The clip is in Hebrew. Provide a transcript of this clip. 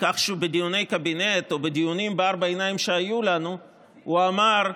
שבדיוני הקבינט או בדיונים בארבע עיניים שהיו לנו הוא אמר: